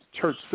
church